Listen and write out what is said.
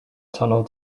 tunnel